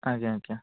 ଆଜ୍ଞା ଆଜ୍ଞା